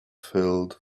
filled